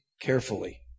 carefully